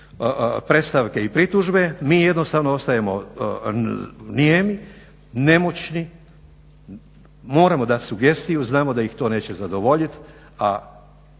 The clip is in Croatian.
predstavke i pritužbe mi jednostavno ostajemo nijemi, nemoćni. Moramo dati sugestiju, znamo da ih to neće zadovoljiti,